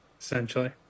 essentially